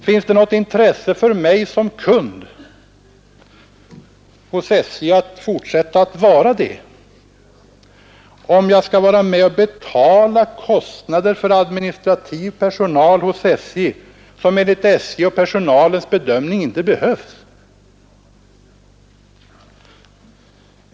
Finns det något intresse för mig att fortsätta att vara kund hos SJ om jag skall vara med och betala kostnader för administrativ personal hos SJ, som enligt SJ:s och personalens bedömning inte behövs?